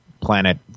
planet